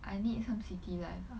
I need some city life lah